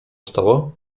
stało